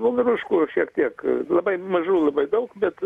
voveruškų šiek tiek labai mažų labai daug bet